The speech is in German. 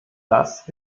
das